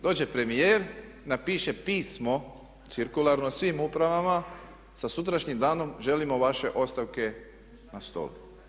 Dođe premijer, napiše pismo, cirkularno svim upravama, sa sutrašnjim danom želimo vaše ostavke na stolu.